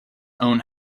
own